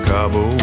Cabo